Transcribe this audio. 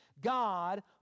God